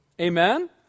Amen